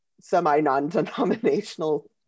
semi-non-denominational